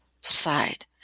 side